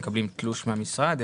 מקבלים תלוש מהמשרד,